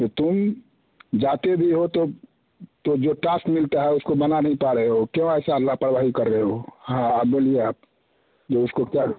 जो तुम जाते भी हो तो तो जो टास्क मिलता है उसको बना नहीं पा रहे हो क्यों ऐसा लापरवाही कर रहे हो हाँ अब बोलिए आप जो उसको क्या